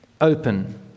open